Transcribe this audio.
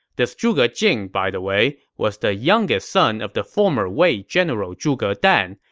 this zhuge jing, by the way, was the youngest son of the former wei general zhuge dan,